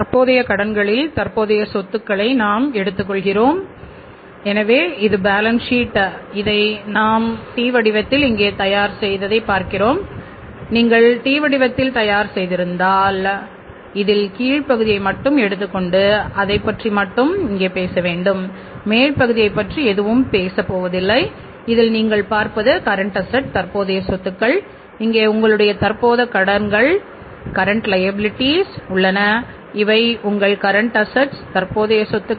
தற்போதைய கடன்களில் தற்போதைய சொத்துக்களை நாங்கள் எடுத்துக்கொள்கிறோம் எனவே இது பேலன்ஸ் ஷீட் தற்போதைய பொறுப்புகள்